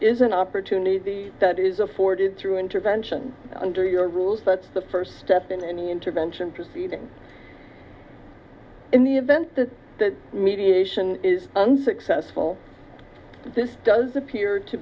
is an opportunity the that is afforded through intervention under your rules that's the first step in any intervention proceeding in the event that the mediation is unsuccessful this does appear to